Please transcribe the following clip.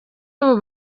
abo